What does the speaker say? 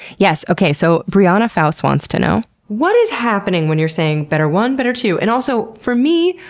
yes, okay. so briana pfaus wants to know what is happening when you're saying, better one, better two? and also, for me,